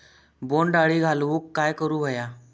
बोंड अळी घालवूक काय करू व्हया?